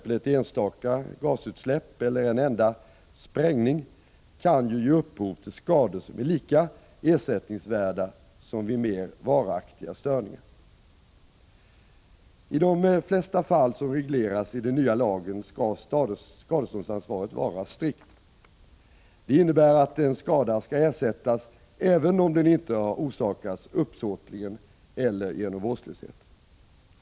Ett enstaka gasutsläpp eller en enda sprängning t.ex. kan ju ge upphov till skador som är lika ersättningsvärda som skador vid mer varaktiga störningar. I de flesta fall som regleras i den nya lagen skall skadeståndsansvaret vara strikt. Det innebär att en skada skall ersättas, även om den inte har orsakats uppsåtligen eller genom vårdslöshet.